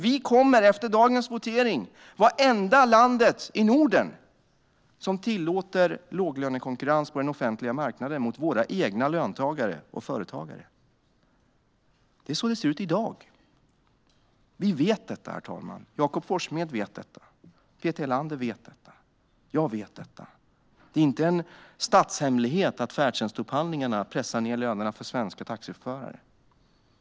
Vi kommer efter dagens votering att vara det enda land i Norden som tillåter låglönekonkurrens på den offentliga marknaden mot våra egna löntagare och företagare. Det är så det ser ut i dag. Vi vet detta, herr talman. Jakob Forssmed och Peter Helander vet detta, och jag vet detta. Det är inte en statshemlighet att färdtjänstupphandlingarna pressar ned lönerna för svenska taxiförare.